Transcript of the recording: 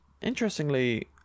Interestingly